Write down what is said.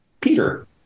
Peter